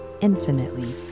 infinitely